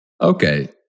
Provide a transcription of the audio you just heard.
Okay